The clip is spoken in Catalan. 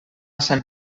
sant